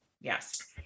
Yes